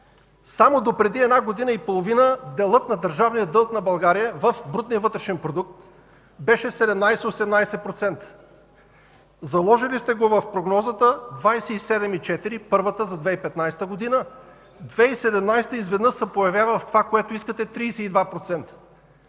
Само допреди една година и половина делът на държавния дълг на България в брутния вътрешен продукт беше 17 – 18%. Заложили сте го в прогнозата – 27,4, първата за 2015 г. За 2017 г. изведнъж се появява това, което искате – 32%!